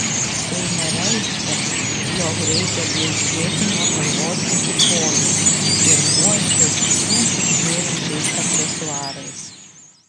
tai nereiškia jog reikia blizgėti nuo galvos iki kojų ir puoštis vien tik žėrinčiais aksesuarais